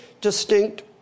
distinct